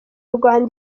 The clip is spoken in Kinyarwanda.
rwanda